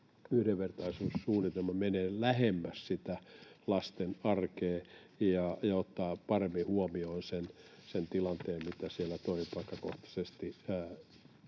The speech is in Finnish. yhdenvertaisuussuunnitelma menee lähemmäs sitä lasten arkea ja ottaa paremmin huomioon sen tilanteen, mikä siellä toimipaikkakohtaisesti